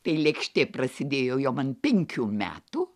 tai lėkštė prasidėjo jau man penkių metų